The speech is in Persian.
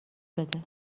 بده